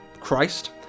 Christ